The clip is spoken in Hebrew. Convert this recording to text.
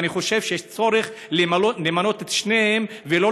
ואני חושב שיש צורך למנות את שניהם ולא